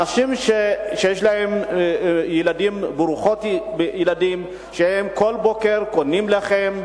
אנשים עם משפחות ברוכות ילדים שכל בוקר קונים לחם,